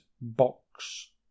box